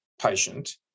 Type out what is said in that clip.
patient